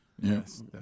Yes